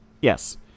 yes